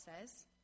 says